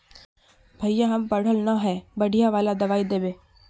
भैया हम पढ़ल न है बढ़िया वाला दबाइ देबे?